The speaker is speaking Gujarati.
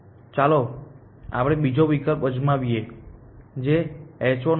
ચાલો આપણે બીજો વિકલ્પ અજમાવીએ જે h1 છે